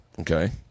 Okay